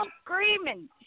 screaming